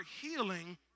healing